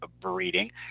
breeding